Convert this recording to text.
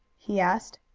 he asked.